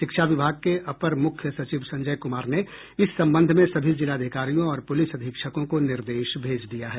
शिक्षा विभाग के अपर मुख्य सचिव संजय कुमार ने इस संबंध में सभी जिलाधिकारियों और पुलिस अधीक्षकों को निर्देश भेज दिया है